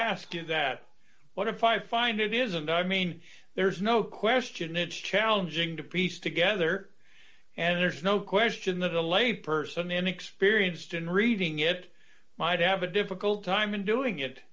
ask you that what if i find it isn't i mean there's no question it's challenging to piece together and there's no question that a layperson inexperienced in reading it might have a difficult time in doing it